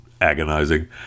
agonizing